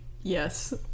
yes